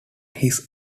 his